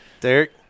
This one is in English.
Derek